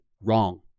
Wrong